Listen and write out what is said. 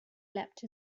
leapt